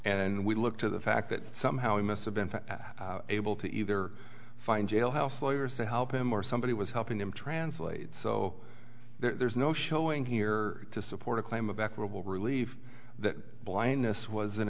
and we look to the fact that somehow he must have been able to either find jailhouse lawyers to help him or somebody was helping him translate so there's no showing here to support a claim of equitable relieve that blindness was an